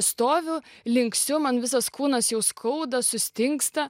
stoviu linksiu man visas kūnas jau skauda sustingsta